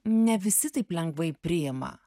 ne visi taip lengvai priima